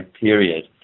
period